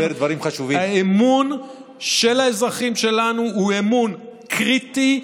האמון של האזרחים שלנו הוא אמון קריטי,